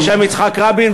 בשם יצחק רבין,